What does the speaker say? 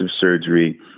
surgery